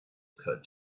occurred